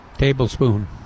Tablespoon